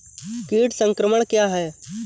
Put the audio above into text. कीट संक्रमण क्या है?